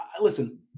listen